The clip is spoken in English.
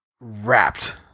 wrapped